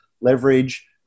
leverage